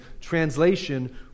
Translation